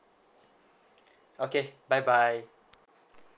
okay bye bye